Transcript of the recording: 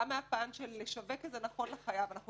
גם מהפן של השיווק הנכון לחייב אנחנו